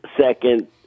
second